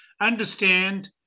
understand